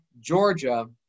Georgia